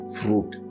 fruit